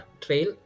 trail